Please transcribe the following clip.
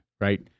right